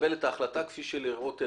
יקבל את ההחלטה כראות עיניו,